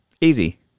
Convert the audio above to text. Easy